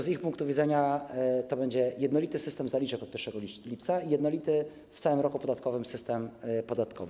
Z ich punktu widzenia to będzie jednolity system zaliczek od 1 lipca i jednolity w całym roku podatkowym system podatkowy.